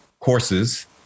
Courses